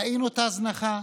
ראינו את ההזנחה,